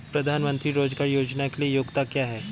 प्रधानमंत्री रोज़गार योजना के लिए योग्यता क्या है?